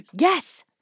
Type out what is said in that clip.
Yes